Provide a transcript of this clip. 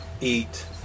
Eat